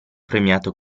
premiato